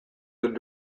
one